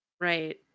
Right